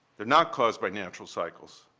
they're not caused by natural cycles.